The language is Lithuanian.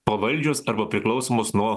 pavaldžios arba priklausomos nuo